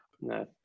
No